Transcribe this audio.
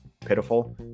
pitiful